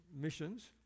missions